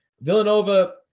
Villanova –